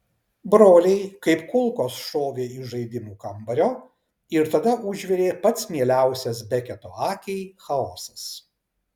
broliai kaip kulkos šovė iš žaidimų kambario ir tada užvirė pats mieliausias beketo akiai chaosas